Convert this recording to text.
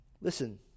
Listen